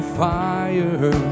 fire